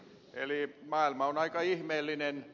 eli maailman on aika ihmeellinen